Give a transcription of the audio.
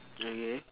okay